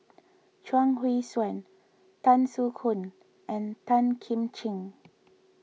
Chuang Hui Tsuan Tan Soo Khoon and Tan Kim Ching